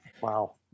Wow